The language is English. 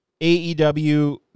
AEW